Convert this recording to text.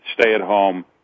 stay-at-home